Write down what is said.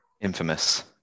Infamous